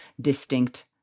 distinct